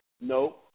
No